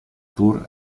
tour